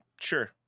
Sure